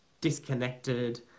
disconnected